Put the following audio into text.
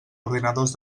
ordinadors